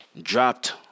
Dropped